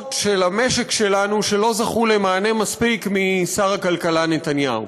אחרות של המשק שלנו שלא זכו למענה מספיק משר הכלכלה נתניהו.